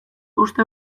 uste